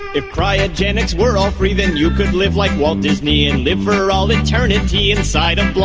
if cryogenics were all free then you could live like walt disney and live for all eternity inside a block